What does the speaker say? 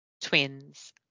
Twins